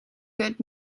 good